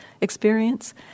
experience